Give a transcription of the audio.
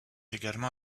également